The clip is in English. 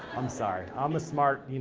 i'm sorry. i'm a smart, you